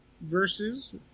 versus